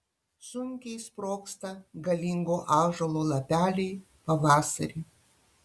sunkiai sprogsta galingo ąžuolo lapeliai pavasarį